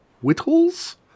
Whittles